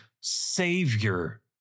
savior